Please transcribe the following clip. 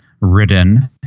written